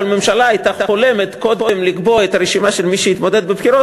כל ממשלה הייתה חולמת קודם לקבוע את הרשימה של מי שיתמודד בבחירות